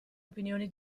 opinioni